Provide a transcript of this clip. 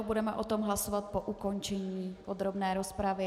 Budeme o tom hlasovat po ukončení podrobné rozpravy.